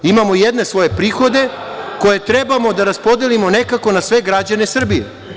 Imamo jedne svoje prihode koje trebamo da raspodelimo nekako na sve građane Srbije.